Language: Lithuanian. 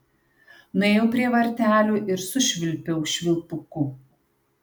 nuėjau prie vartelių ir sušvilpiau švilpuku